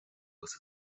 agus